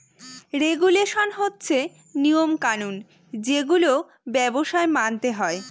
regulation হচ্ছে নিয়ম কানুন যেগুলো ব্যবসায় মানতে হয়